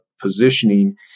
positioning